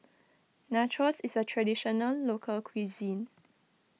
Nachos is a Traditional Local Cuisine